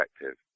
effective